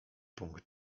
punkt